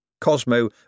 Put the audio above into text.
Cosmo